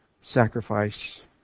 sacrifice